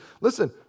listen